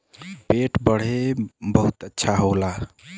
पेट बदे बहुते अच्छा हौ